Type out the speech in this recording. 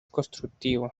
constructivo